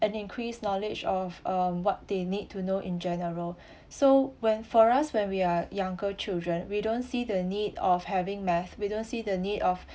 an increase knowledge of um what they need to know in general so when for us when we are younger children we don't see the need of having math we don't see the need of